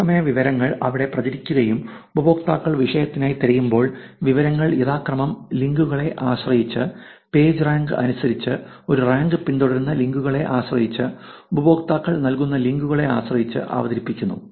തത്സമയ വിവരങ്ങൾ അവിടെ പ്രചരിക്കുകയും ഉപയോക്താക്കൾ വിഷയത്തിനായി തിരയുമ്പോൾ വിവരങ്ങൾ യഥാക്രമം ലിങ്കുകളെ ആശ്രയിച്ച് പേജ് റാങ്ക് അനുസരിച്ച് ഒരു റാങ്ക് പിന്തുടരുന്ന ലിങ്കുകളെ ആശ്രയിച്ച് ഉപയോക്താക്കൾ നൽകുന്ന ലിങ്കുകളെ ആശ്രയിച്ച് അവതരിപ്പിക്കുന്നു